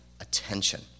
attention